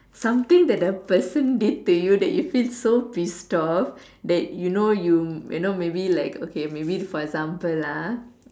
something that the person did to you that you feel so pissed off that you know you you know maybe like okay maybe for example lah